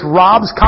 robs